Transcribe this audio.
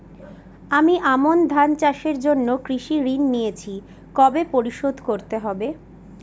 আমি আমন ধান চাষের জন্য কৃষি ঋণ নিয়েছি কবে পরিশোধ করতে হবে?